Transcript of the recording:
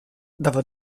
dava